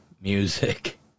music